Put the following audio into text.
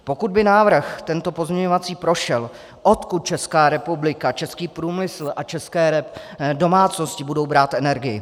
Pokud by tento pozměňovací návrh prošel, odkud Česká republika, český průmysl a české domácnosti budou brát energii?